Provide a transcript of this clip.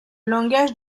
langage